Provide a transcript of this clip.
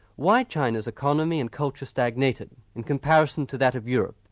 why china's economy and culture stagnated in comparison to that of europe